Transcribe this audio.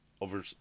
over